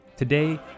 Today